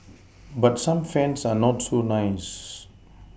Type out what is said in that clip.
but some fans are not so nice